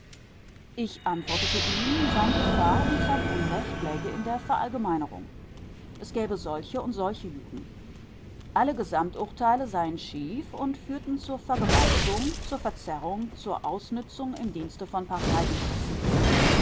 ich antwortete ihm seine gefahr und sein unrecht läge in der verallgemeinerung es gäbe solche und solche juden alle gesamturteile seien schief und führten zur vergewaltigung zur verzerrung zur ausnützung im dienste von